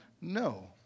No